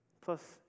plus